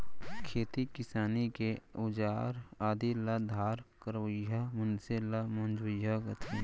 खेती किसानी के अउजार आदि ल धार करवइया मनसे ल मंजवइया कथें